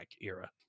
era